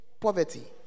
poverty